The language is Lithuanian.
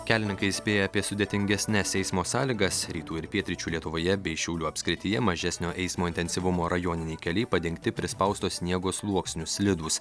kelininkai įspėja apie sudėtingesnes eismo sąlygas rytų ir pietryčių lietuvoje bei šiaulių apskrityje mažesnio eismo intensyvumo rajoniniai keliai padengti prispausto sniego sluoksniu slidūs